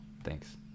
thanks